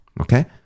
okay